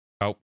help